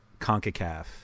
CONCACAF